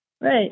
Right